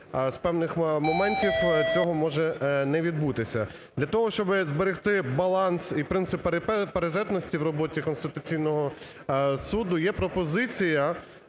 з певних моментів цього може не відбутися. Для того, щоб зберегти баланс і принцип паритетності у роботі Конституційного Суду, є пропозиція,